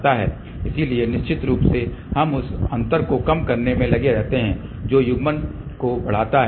इसलिए निश्चित रूप से हम उस अंतर को कम करने में लगे रहते हैं जो युग्मन को बढ़ाता है